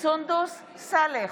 סונדוס סאלח,